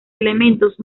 elementos